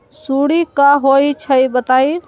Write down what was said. सुडी क होई छई बताई?